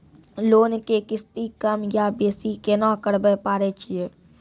Loan के किस्ती कम या बेसी केना करबै पारे छियै?